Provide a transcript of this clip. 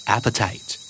Appetite